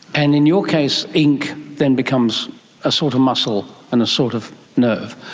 and in your case ink then becomes a sort of muscle and a sort of nerve.